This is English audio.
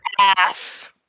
ass